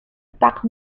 par